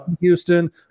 Houston